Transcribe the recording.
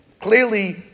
Clearly